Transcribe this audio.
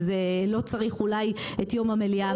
אז אולי לא צריך את יום המליאה המיוחד.